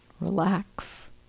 relax